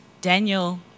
Daniel